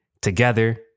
together